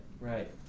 Right